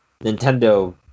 Nintendo